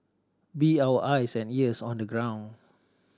be our eyes and ears on the ground